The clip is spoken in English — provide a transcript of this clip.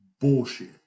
Bullshit